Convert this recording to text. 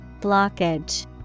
Blockage